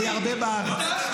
אני הרבה בארץ.